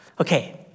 Okay